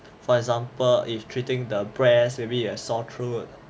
for example if treating the breast maybe you'll have sore throat